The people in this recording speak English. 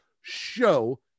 show